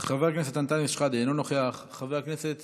חבר הכנסת אנטאנס שחאדה, אינו נוכח, חבר הכנסת